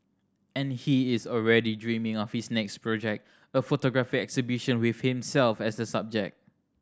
and he is already dreaming of his next project a photography exhibition with himself as the subject